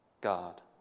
God